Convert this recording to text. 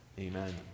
Amen